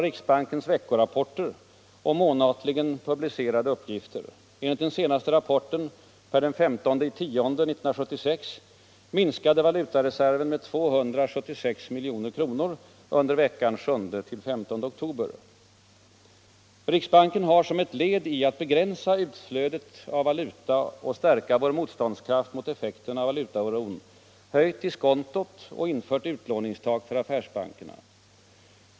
Riksbanken har som ett led i att begränsa utflödet av valuta och stärka vår motståndskraft mot effekterna av valutaoron höjt diskontot och infört utlåningstak för affärsbankerna.